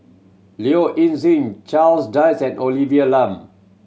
Low Ing Sing Charles Dyce and Olivia Lum